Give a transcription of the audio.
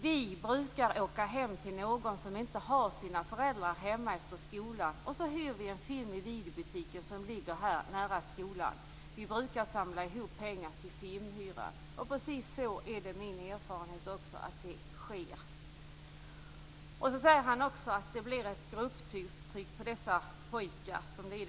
Vi brukar åka hem till någon som inte har sina föräldrar hemma efter skolan, och så hyr vi en film i videobutiken som ligger nära skolan. Vi brukar samla ihop pengar till filmhyra. Det är precis min erfarenhet att det är så det sker. Han säger att det uppstår ett grupptryck bland pojkarna.